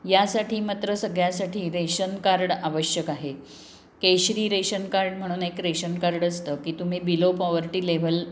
यासाठी मात्र सगळ्यासाठी रेशन कार्ड आवश्यक आहे केशरी रेशन कार्ड म्हणून एक रेशन कार्ड असतं की तुम्ही बिलो पॉवर्टी लेव्हल